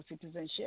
citizenship